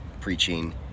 preaching –